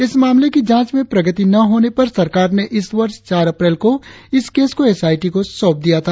इस मामले की जाच में प्रगति न होने पर सरकार ने इस वर्ष चार अप्रैल को इस केस को एस आई टी को सौप दिया था